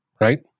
right